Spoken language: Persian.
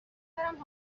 برم